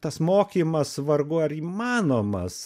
tas mokymas vargu ar įmanomas